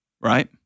right